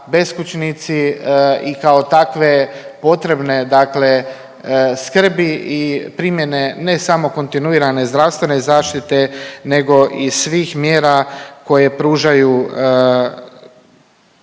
beskućnici i kao takve potrebne skrbi i primjene ne samo kontinuirane zdravstvene zaštite nego i svih mjera koje pružaju